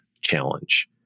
challenge